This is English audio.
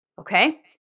Okay